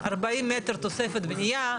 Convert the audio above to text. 40 מטר תוספת בנייה,